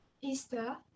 Easter